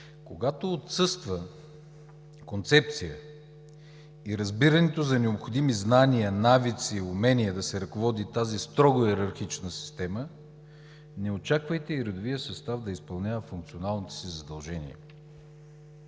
Когато отсъства концепция и разбирането за необходими знания, навици и умения да се ръководи тази строго йерархична система, не очаквайте и редовият състав да изпълнява функционалните си задължения.